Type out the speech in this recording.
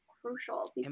crucial